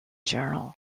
journal